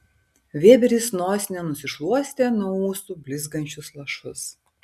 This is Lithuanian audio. vėberis nosine nusišluostė nuo ūsų blizgančius lašus